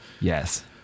yes